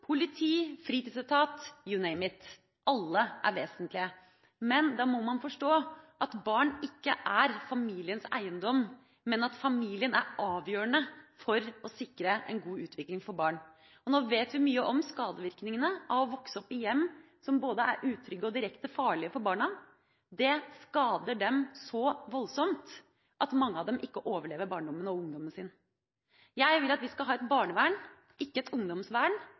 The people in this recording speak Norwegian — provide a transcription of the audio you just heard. politi og fritidsetat – you name it – alle er vesentlige. Men da må man forstå at barn ikke er familiens eiendom, men at familien er avgjørende for å sikre en god utvikling for barn. Nå vet vi mye om skadevirkningene av å vokse opp i hjem som både er utrygge og direkte farlige for barna. Det skader dem så voldsomt at mange av dem ikke overlever barndommen og ungdommen sin. Jeg vil at vi skal ha et barnevern, ikke et ungdomsvern.